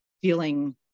feeling